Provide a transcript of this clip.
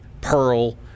Pearl